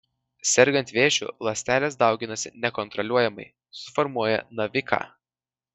sergant vėžiu ląstelės dauginasi nekontroliuojamai suformuoja naviką